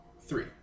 Three